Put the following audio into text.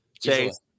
Chase